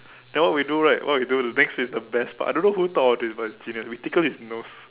then what we do right what we do the next is the best part I don't know who thought of this but genius we tickle his nose